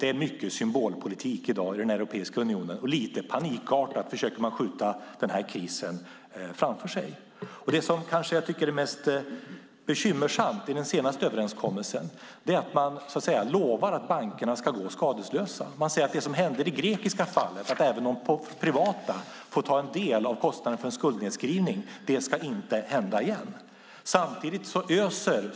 Det är mycket symbolpolitik i dag i Europeiska unionen. Lite panikartat försöker man skjuta krisen framför sig. Det mest bekymmersamma i den senaste överenskommelsen är att man lovar att bankerna ska gå skadeslösa. Det som hände i det grekiska fallet, att även det privata får ta en del av kostnaderna för en skuldnedskrivning, ska inte hända igen.